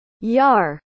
Yar